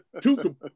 Two